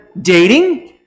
dating